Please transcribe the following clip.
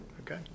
Okay